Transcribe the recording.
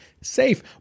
safe